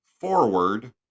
forward